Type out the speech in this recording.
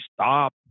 stop